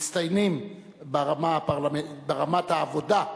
מצטיינים ברמת העבודה,